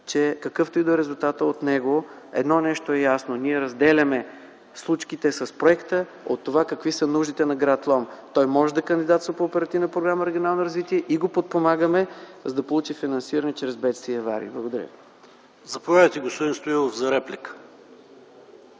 че какъвто и да е резултатът от него, едно нещо е ясно – ние разделяме случките с проекта от това какви са нуждите на гр. Лом. Той може да кандидатства по Оперативна програма „Регионално развитие” и го подпомагаме, за да получи финансиране чрез бедствия и аварии. Благодаря Ви. ПРЕДСЕДАТЕЛ ПАВЕЛ ШОПОВ: Заповядайте, господин Стоилов, за реплика.